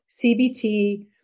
CBT